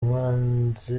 umwanzi